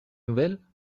nouvelles